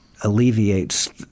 alleviates